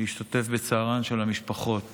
להשתתף בצערן של המשפחות